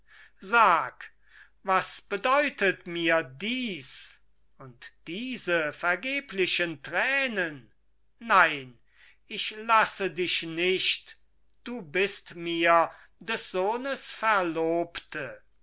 sag was bedeutet mir dies und diese vergeblichen tränen nein ich lasse dich nicht du bist mir des sohnes verlobte